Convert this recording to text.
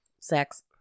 sex